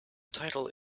title